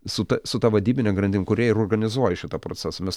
su ta su ta vadybine grandim kurie ir organizuoja šitą procesą mes